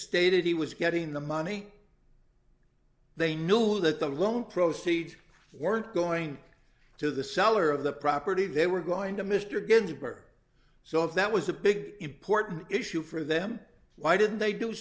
stated he was getting the money they knew that the loan proceeds weren't going to the seller of the property they were going to mr ginsburg so if that was a big important issue for them why didn't they do